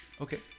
okay